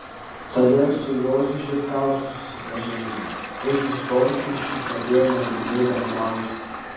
tada ir su juozu žitkausku susipažinome ir su storpirščiu pradėjome daugiau bendrauti